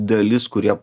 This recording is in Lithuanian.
dalis kurie